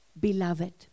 Beloved